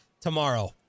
tomorrow